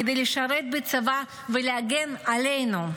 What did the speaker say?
כדי לשרת בצבא ולהגן עלינו.